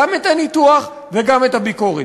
גם את הניתוח וגם את הביקורת.